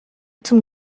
zum